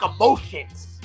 emotions